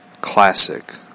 Classic